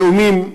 לאומים,